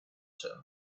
term